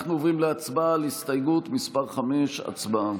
אנחנו עוברים להצבעה על הסתייגות מס' 5. הצבעה.